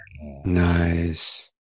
nice